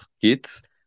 kids